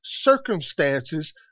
circumstances